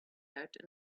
out